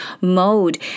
mode